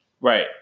Right